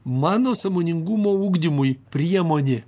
mano sąmoningumo ugdymui priemonė